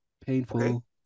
painful